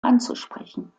anzusprechen